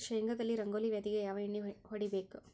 ಶೇಂಗಾದಲ್ಲಿ ರಂಗೋಲಿ ವ್ಯಾಧಿಗೆ ಯಾವ ಎಣ್ಣಿ ಹೊಡಿಬೇಕು?